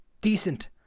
decent